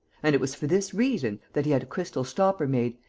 and it was for this reason that he had a crystal stopper made,